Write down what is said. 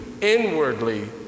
inwardly